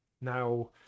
now